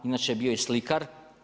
Inače je bio i slikar.